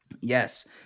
Yes